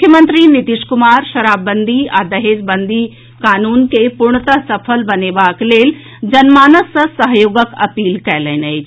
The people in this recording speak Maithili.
मुख्यमंत्री नीतीश कुमार शराबंदी आ दहेजबंदी कानून के पूर्णतः सफल बनेबाक लेल जनमानस सँ सहयोगक अपील कयलनि अछि